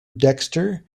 dexter